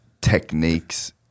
techniques